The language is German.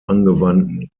angewandten